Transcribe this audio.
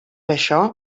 això